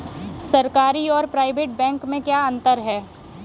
सरकारी और private bank में क्या अंतर है?